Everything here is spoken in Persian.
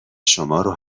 شمارو